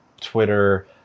twitter